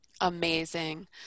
Amazing